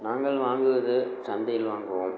நாங்கள் வாங்குவது சந்தையில் வாங்குவோம்